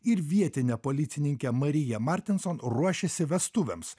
ir vietinė policininkė marija martinson ruošiasi vestuvėms